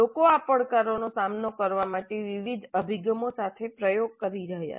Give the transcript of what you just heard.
લોકો આ પડકારોનો સામનો કરવા માટે વિવિધ અભિગમો સાથે પ્રયોગ કરી રહ્યા છે